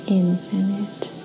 infinite